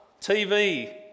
TV